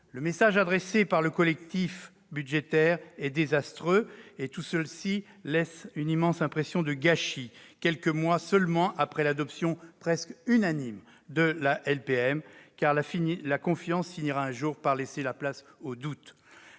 Le message adressé par le collectif budgétaire est désastreux, et tout cela laisse une immense impression de gâchis, quelques mois seulement après l'adoption presque unanime de la LPM. La confiance finira par laisser place au doute